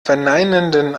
verneinenden